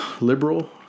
liberal